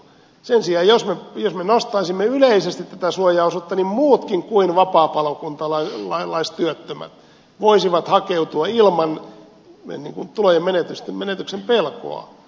jos me sen sijaan nostaisimme yleisesti tätä suojaosuutta niin muutkin kuin vapaapalokuntalaistyöttömät voisivat hakeutua ilman tulojen menetyksen pelkoa töihin